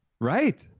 Right